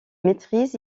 maîtrise